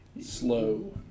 Slow